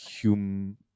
human